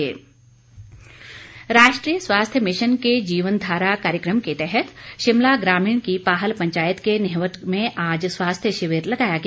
शिविर राष्ट्रीय स्वास्थ्य मिशन के जीवन धारा कार्यक्रम के तहत शिमला ग्रामीण की पाहल पंचायत के न्हेवट में आज स्वास्थ्य शिविर लगाया गया